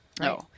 No